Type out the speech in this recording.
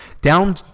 down